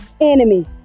enemy